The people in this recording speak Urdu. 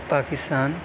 پاکستان